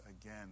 again